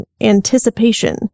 anticipation